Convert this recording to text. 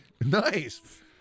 Nice